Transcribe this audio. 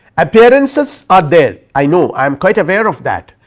appearances are there i know i am quite aware of that,